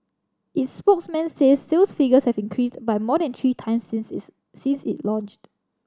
its spokesman says sales figures have increased by more than three times since is since it launched